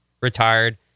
retired